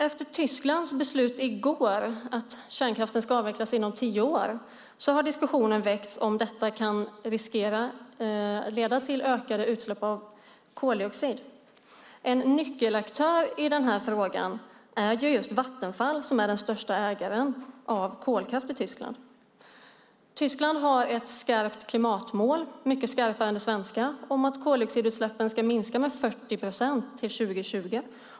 Efter Tysklands beslut i går att kärnkraften ska avvecklas inom tio år har diskussionen väckts om detta kan riskera att leda till ökade utsläpp av koldioxid. En nyckelaktör i den här frågan är just Vattenfall som är den största ägaren av kolkraft i Tyskland. Tyskland har ett skarpt klimatmål, mycket skarpare än det svenska, om att koldioxidutsläppen ska minska med 40 procent till 2020.